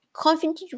Confident